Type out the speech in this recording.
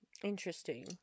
Interesting